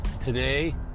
today